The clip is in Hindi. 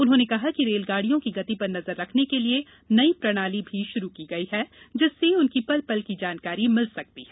उन्होंने कहा कि रेलगाड़ियों की गति पर नजर रखने के लिए नई प्रणाली भी शुरू की गई है जिससे उनकी पल पल की जानकारी मिल सकती है